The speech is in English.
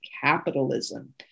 capitalism